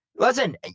Listen